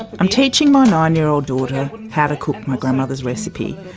i'm teaching my nine-year-old daughter how to cook my grandmother's recipe.